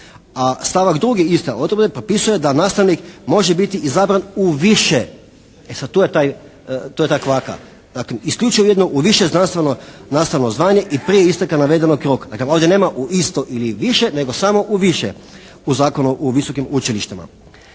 a stavak drugi iste odredbe propisuje da nastavnik može biti izabran u više, e sad tu je taj, to je ta kvaka. Daklem, isključivo u jedno više znanstveno nastavno zvanje i prije isteka navedenog roka. Daklem, ovdje nema u isto ili više, nego samo u više u Zakonu o visokim učilištima.